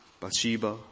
Bathsheba